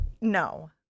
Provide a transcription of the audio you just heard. no